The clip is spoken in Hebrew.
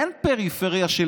אין פריפריה של